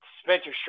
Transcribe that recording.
Spencer